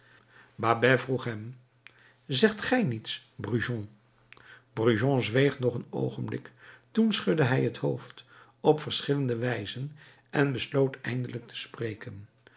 vroeg hem zegt gij niets brujon brujon zweeg nog een oogenblik toen schudde hij het hoofd op verschillende wijzen en besloot eindelijk te spreken